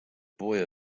boy